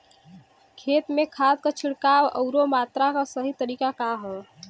खेत में खाद क छिड़काव अउर मात्रा क सही तरीका का ह?